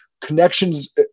connections